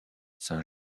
saint